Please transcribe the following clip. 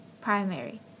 primary